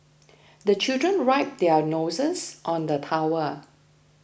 the children wipe their noses on the towel